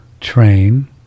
train